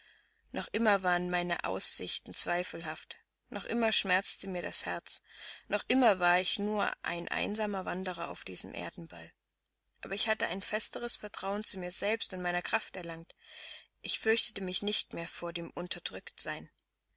noch immer waren meine aussichten zweifelhaft noch immer schmerzte mir das herz noch immer war ich nur ein einsamer wanderer auf diesem erdenball aber ich hatte ein festeres vertrauen zu mir selbst und meiner kraft erlangt ich fürchtete mich nicht mehr vor dem unterdrücktsein